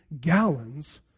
gallons